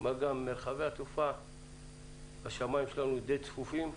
מה גם שהשמיים שלנו די צפופים.